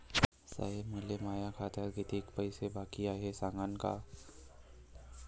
साहेब, मले माया खात्यात कितीक पैसे बाकी हाय, ते सांगान का?